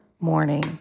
morning